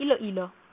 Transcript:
Iloilo